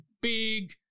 big